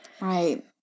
Right